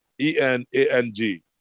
E-N-A-N-G